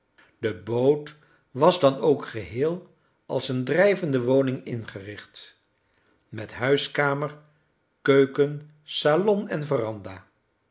de boot was dan ook geheel als een drijvende woning ingericht met huiskamer keuken salon en veranda